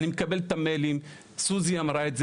אני מקבל את המיילים, סוזי אמרה את זה.